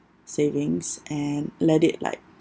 savings and let it like